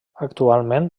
actualment